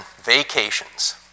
vacations